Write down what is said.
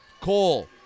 Cole